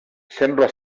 sembla